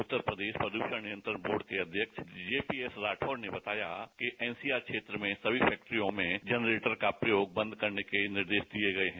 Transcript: उत्तर Pradesh pollution नियंत्रण board के अध्यक्ष जेपीएस राठौर ने बताया कि एनसीआर क्षेत्र में सभी फैक्ट्रियों में जनरेटर का प्रयोग बंद करने के निर्देश दिए गए हैं